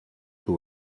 who